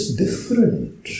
different